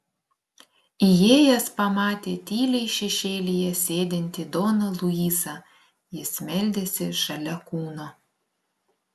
įėjęs pamatė tyliai šešėlyje sėdintį doną luisą jis meldėsi šalia kūno